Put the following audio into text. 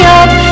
up